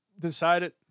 decided